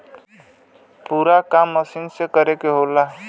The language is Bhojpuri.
पूरा काम मसीन से ही करे के होला